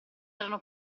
erano